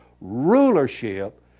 rulership